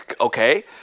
okay